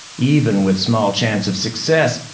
even with small chance of success,